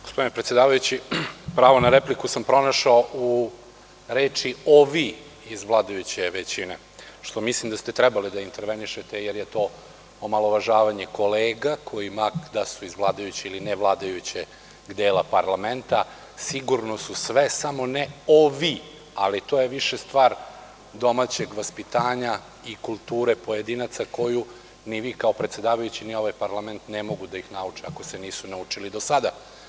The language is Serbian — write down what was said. Gospodine predsedavajući, pravo na repliku sam pronašao u reči „ovi“ iz vladajuće većine, što mislim da ste trebali da intervenišete, jer je to omalovažavanje kolega koji ma da su iz vladajućeg ili nevladajućeg dela parlamenta, sigurno su sve samo ne ovi, ali to je više stvar domaćeg vaspitanja i kulture pojedinaca koju ni vi kao predsedavajući, ni ovaj parlament ne mogu da ih nauče ako se nisu naučili do sada.